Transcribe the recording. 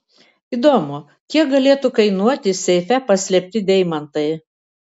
įdomu kiek galėtų kainuoti seife paslėpti deimantai